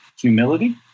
humility